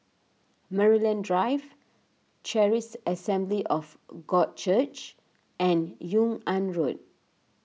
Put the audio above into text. Maryland Drive Charis Assembly of God Church and Yung An Road